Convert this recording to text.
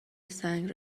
سنگ